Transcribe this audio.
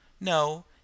No